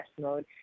mode